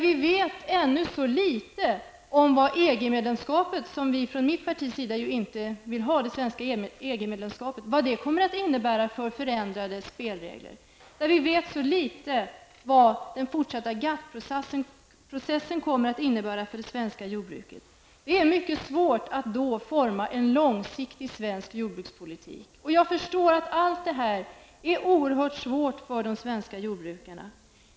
Vi vet ännu så litet vilka förändrade spelregler som det svenska EG-medlemskapet -- som vi i vänsterpartiet inte vill ha -- kommer att innebära. Vi vet också så litet vad den fortsatta GATT-processen kommer att innebära för det svenska jordbruket. Det är mycket svårt att då forma en långsiktig svensk jordbrukspolitik. Jag förstår att allt detta är oerhört svårt för de svenska jordbrukarna.